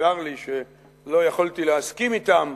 צר לי שלא יכולתי להסכים אתם,